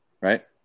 right